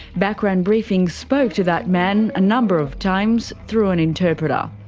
background briefing spoke to that man a number of times, through an interpreter.